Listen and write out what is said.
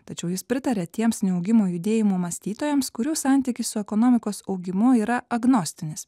tačiau jis pritaria tiems neaugimo judėjimo mąstytojams kurių santykis su ekonomikos augimu yra agnostinis